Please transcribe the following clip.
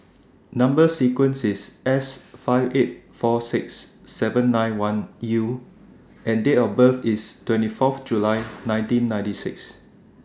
Number sequence IS S five eight four six seven nine one U and Date of birth IS twenty Fourth July nineteen ninety six